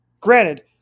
Granted